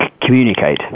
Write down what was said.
communicate